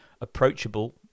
approachable